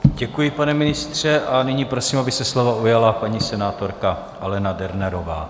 Děkuji, pane ministře, a nyní prosím, aby se slova ujala paní senátorka Alena Dernerová.